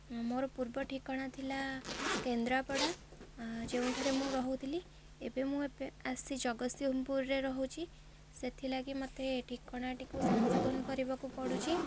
ମୋର ପୂର୍ବ ଠିକଣା ଥିଲା କେନ୍ଦ୍ରାପଡ଼ା ଯେଉଁଠାରେ ମୁଁ ରହୁଥିଲି ଏବେ ମୁଁ ଏବେ ଆସି ଜଗତସିଂହପୁରରେ ରହୁଛି ସେଥିଲାଗି ମୋତେ ଠିକଣାଟିକୁ ସଂଶୋଧନ କରିବାକୁ ପଡ଼ୁଛି